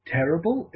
terrible